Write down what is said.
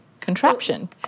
contraption